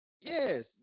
Yes